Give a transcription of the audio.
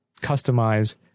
customize